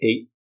Eight